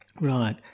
Right